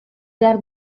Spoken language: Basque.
behar